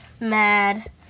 mad